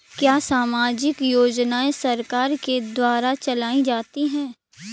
क्या सामाजिक योजनाएँ सरकार के द्वारा चलाई जाती हैं?